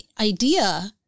idea